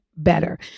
Better